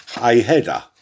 A-header